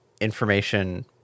information